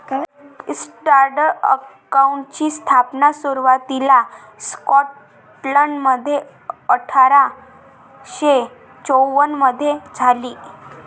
chartered अकाउंटंटची स्थापना सुरुवातीला स्कॉटलंडमध्ये अठरा शे चौवन मधे झाली